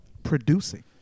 producing